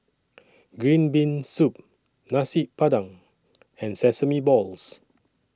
Green Bean Soup Nasi Padang and Sesame Balls